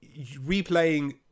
replaying